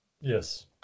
Yes